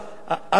זאת אומרת,